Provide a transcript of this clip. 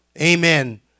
amen